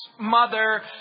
mother